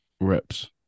reps